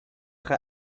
sera